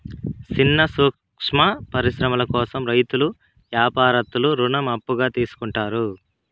సిన్న సూక్ష్మ పరిశ్రమల కోసం రైతులు యాపారత్తులు రుణం అప్పుగా తీసుకుంటారు